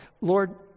Lord